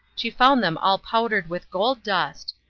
she found them all powdered with gold dust.